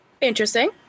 interesting